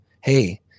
hey